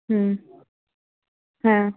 হুম হ্যাঁ